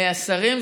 השרים,